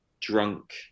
drunk